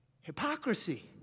Hypocrisy